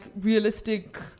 realistic